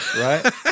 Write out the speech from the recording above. Right